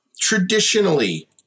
traditionally